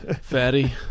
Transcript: Fatty